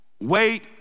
wait